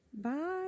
Bye